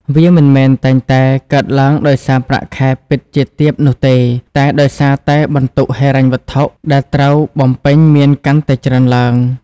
វាមិនមែនតែងតែកើតឡើងដោយសារប្រាក់ខែពិតជាទាបនោះទេ តែដោយសារតែបន្ទុកហិរញ្ញវត្ថុដែលត្រូវបំពេញមានកាន់តែច្រើនឡើង។